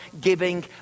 giving